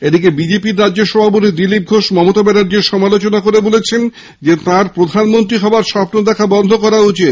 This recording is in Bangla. এদিকে বিজেপি রাজ্য সভাপতি দিলীপ ঘোষ মমতা ব্যানার্জীর সমালোচনা করে বলেছেন তার প্রধানমন্ত্রী হওয়ার স্বপ্ন দেখা বন্ধ করা উচিত